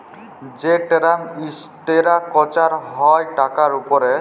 যে term structure হ্যয় টাকার উপরে